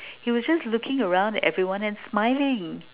he was just looking around at everyone and smiling